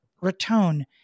Raton